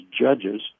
judges